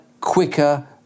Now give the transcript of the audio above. quicker